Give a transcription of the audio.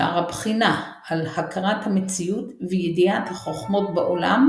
שער הבחינה על הכרת המציאות וידיעת החוכמות בעולם,